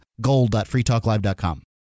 Gold.freetalklive.com